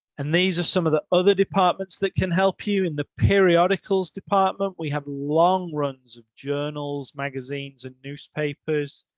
and these are some of the other departments that can help you. in the periodicals department, we have long runs of journals, magazines and newspapers.